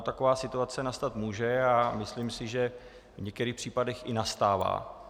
Taková situace nastat může a myslím si, že v některých případech i nastává.